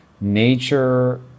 nature